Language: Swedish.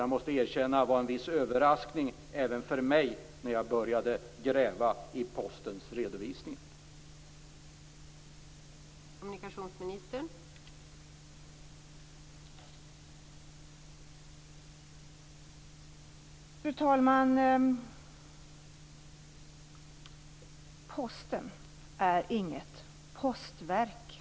Jag måste erkänna att det var en viss överraskning även för mig när jag började gräva i Postens redovisning att det var så många.